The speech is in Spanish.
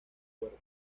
puerto